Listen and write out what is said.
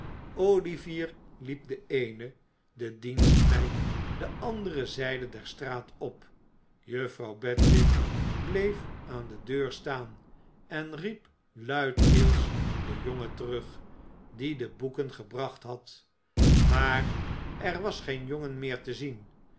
olivier liep de eene de dienstmeid de andere zijde der straat op juffrouw bedwin bleef aan de deur staan en riep luidkeels den jongen terug die de boeken gebracht had maar er was geen jongen meer te zien